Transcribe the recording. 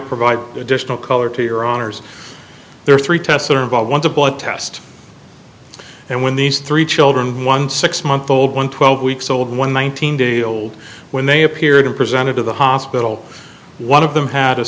provide additional color to your honor's there are three tests that are about once a blood test and when these three children one six month old one twelve weeks old one thousand days old when they appeared and presented to the hospital one of them had a